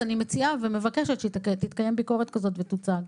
אני מציעה ומבקשת שתתקיים ביקורת כזאת ותוצג.